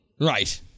right